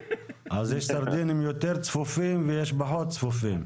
אז יש סרדינים יותר צפופים ויש פחות צפופים.